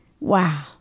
Wow